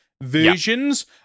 versions